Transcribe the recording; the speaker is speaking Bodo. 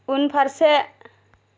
उनफारसे